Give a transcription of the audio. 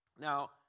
Now